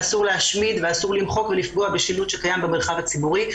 אסור להשמיד או למחוק או לפגוע בשילוט שקיים במרחב הציבורי,